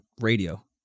radio